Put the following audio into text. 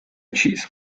cheese